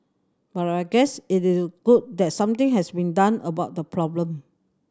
but I guess it is good that something has been done about the problem